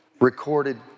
recorded